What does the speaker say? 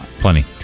Plenty